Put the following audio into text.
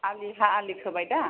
आलि हा आलि खोबाय दा